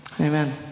Amen